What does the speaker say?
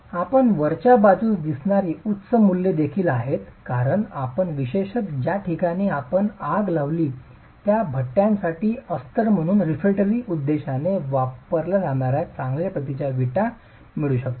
आपण वरच्या बाजूस दिसणारी उच्च मूल्ये देखील आहेत कारण आपण विशेषत ज्या ठिकाणी आपण आग लावली त्या भट्ट्यांसाठी अस्तर म्हणून रेफ्रेक्टरी उद्देशाने वापरल्या जाणार्या चांगल्या प्रतीच्या चांगल्या विटा मिळू शकतात